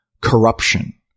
corruption